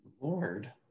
Lord